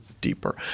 deeper